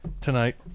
tonight